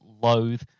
loathe